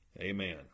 Amen